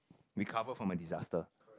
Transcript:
recover from a disaster